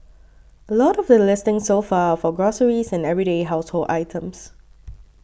a lot of the listings so far are for groceries and everyday household items